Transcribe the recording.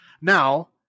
now